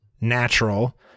natural